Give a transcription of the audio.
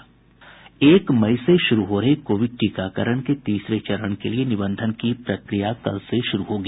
एक मई से शुरू हो रहे कोविड टीकाकरण के तीसरे चरण के लिये निबंधन की प्रक्रिया कल से शुरू होगी